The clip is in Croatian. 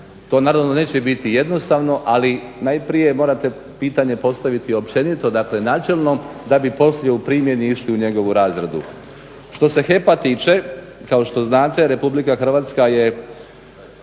To naravno neće biti jednostavno ali najprije morate pitanje postaviti općenito dakle načelno da bi poslije u primjeni išli u njegovu razradu. Što se Hep-a tiče, kao što znate RH je